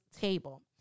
table